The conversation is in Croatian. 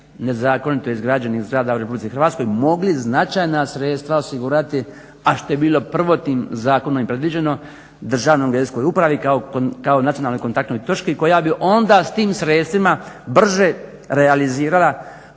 nezakonito izgrađenih zgrada u Republici Hrvatskoj mogli značajna sredstva osigurati a što je bilo prvotnim zakonom i predviđeno Državnoj geodetskoj upravi kao nacionalnoj kontaktnoj točki koja bi onda s tim sredstvima brže realizira